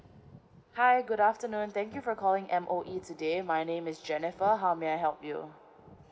hi good afternoon thank you for calling M_O_E today my name is jennifer how may I help you